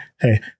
hey